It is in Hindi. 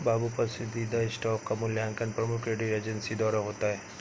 बाबू पसंदीदा स्टॉक का मूल्यांकन प्रमुख क्रेडिट एजेंसी द्वारा होता है